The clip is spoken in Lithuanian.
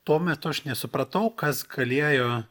tuo metu aš nesupratau kas galėjo